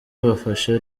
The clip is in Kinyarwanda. bafashe